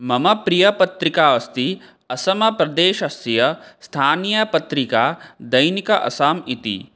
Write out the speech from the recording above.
मम प्रियपत्रिका अस्ति असम प्रदेशस्य स्थानीयपत्रिका दैनिक आसाम् इति